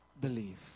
believe